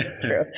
True